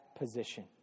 position